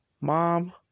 mom